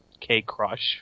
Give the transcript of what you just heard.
K-Crush